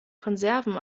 konserven